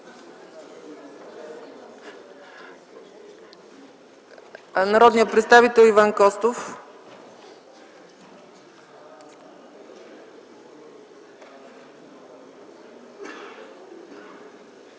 народният представител Иван Костов.